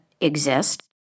exist